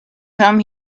come